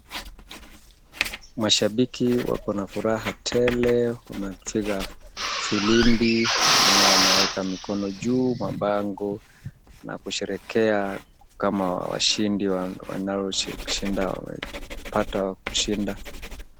Mashabiki wako na furaha tele wamepiga firimbi, wengine wanaweka mikono juu mabango na kusherekea kama washindi wanaopata kushinda.